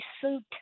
suit